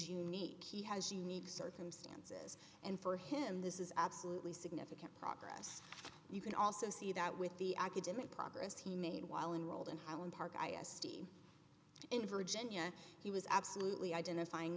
unique he has unique circumstances and for him this is absolutely significant progress and you can also see that with the academic progress he made while unrolled in highland park iowa city in virginia he was absolutely identifying